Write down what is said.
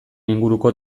inguruko